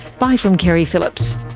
bye from keri phillips